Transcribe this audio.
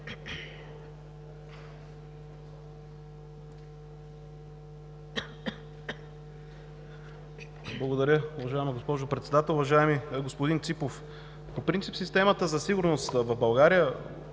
Благодаря. Уважаема госпожо Председател! Уважаеми господин Ципов, по принцип системата за сигурност в България,